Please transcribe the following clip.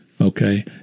Okay